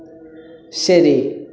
ശരി